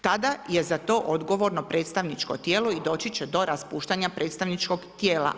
Tada je za to odgovorno predstavničko tijelo i doći će do raspuštanja predstavničkog tijela.